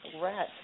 Right